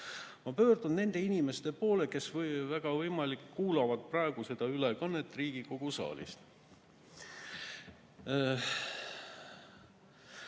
Ma pöördun nende inimeste poole, kes, väga võimalik, kuulavad praegu seda ülekannet Riigikogu saalist.